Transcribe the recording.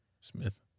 Smith